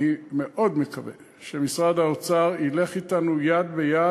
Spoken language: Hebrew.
אני מאוד מקווה שמשרד האוצר ילך אתנו יד ביד.